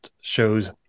shows